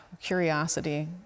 curiosity